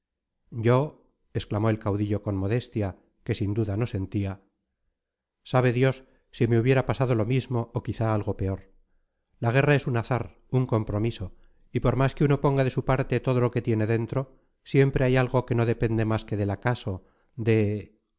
yo exclamó el caudillo con modestia que sin duda no sentía sabe dios si me hubiera pasado lo mismo o quizás algo peor la guerra es un azar un compromiso y por más que uno ponga de su parte todo lo que tiene dentro siempre hay algo que no depende más que del acaso de